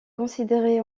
considéré